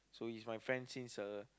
so he's my friend since uh